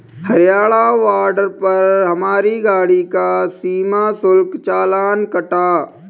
Haryana border पर हमारी गाड़ी का सीमा शुल्क चालान कटा